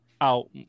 out